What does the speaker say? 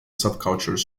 subculture